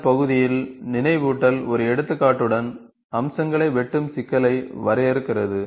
இந்த பகுதியின் நினைவூட்டல் ஒரு எடுத்துக்காட்டுடன் அம்சங்களை வெட்டும் சிக்கலை வரையறுக்கிறது